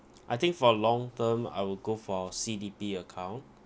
I think for long term I will go for C_D_P account